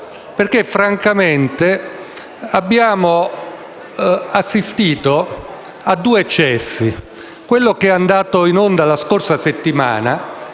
perché francamente abbiamo assistito a due eccessi. Quella che è andata "in onda" la scorsa settimana